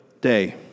day